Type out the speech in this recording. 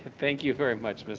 thank you very much,